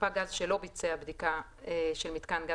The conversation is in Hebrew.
ספק גז שלא ביצע בדיקה של מיתקן גז